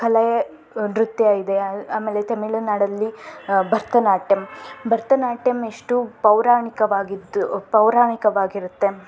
ಕಲೆ ನೃತ್ಯ ಇದೆ ಆಮೇಲೆ ತಮಿಳ್ನಾಡಲ್ಲಿ ಭರತನಾಟ್ಯಮ್ ಭರತನಾಟ್ಯಮ್ ಎಷ್ಟು ಪೌರಾಣಿಕವಾಗಿದ್ದು ಪೌರಾಣಿಕವಾಗಿರುತ್ತೆ